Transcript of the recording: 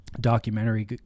documentary